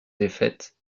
défaite